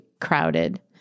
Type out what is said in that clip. crowded